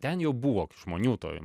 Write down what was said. ten jau buvo žmonių toj